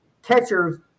catchers